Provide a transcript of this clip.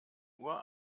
uhr